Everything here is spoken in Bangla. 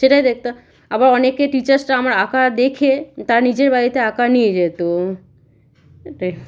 সেটাই দেখতো আবার অনেকে টিচার্সরা আমার আঁকা দেখে তার নিজের বাড়িতে আঁকা নিয়ে যেতো এটাই